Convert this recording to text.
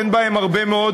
אין בהן הרבה מאוד